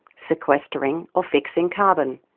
sequestering or fixing carbon.